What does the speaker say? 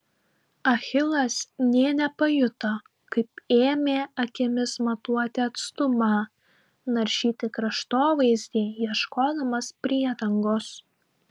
achilas nė nepajuto kaip ėmė akimis matuoti atstumą naršyti kraštovaizdį ieškodamas priedangos